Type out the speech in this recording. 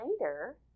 later